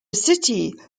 city